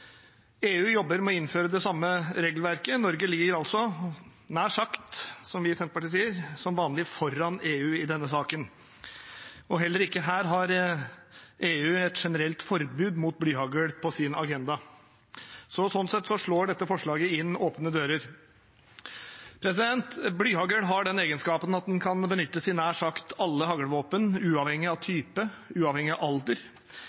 EU jobber med å innføre det samme regelverket. Norge ligger altså, som vi i Senterpartiet sier, nær sagt som vanlig foran EU i denne saken. Heller ikke her har EU et generelt forbud mot blyhagl på sin agenda. Sånn sett slår dette forslaget inn åpne dører. Blyhagl har den egenskapen at den kan benyttes i nær sagt alle haglevåpen, uavhengig av type og alder.